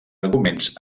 arguments